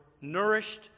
nourished